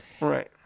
Right